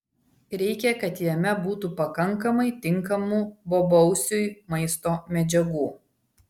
reikia kad jame būtų pakankamai tinkamų bobausiui maisto medžiagų